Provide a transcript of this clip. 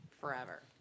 Forever